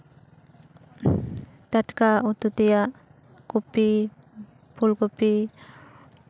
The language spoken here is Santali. ᱴᱟᱴᱠᱟ ᱩᱛᱩ ᱛᱮᱭᱟᱜ ᱠᱚᱯᱤ ᱯᱷᱩᱞᱠᱚᱯᱤ